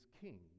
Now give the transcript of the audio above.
king